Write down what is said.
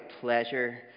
pleasure